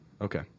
Okay